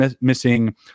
missing